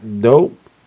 dope